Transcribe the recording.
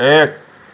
এক